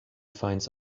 finds